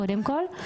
קודם כל.